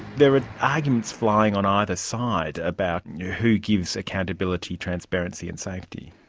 there are arguments flying on either side about and who gives accountability, transparency and safety.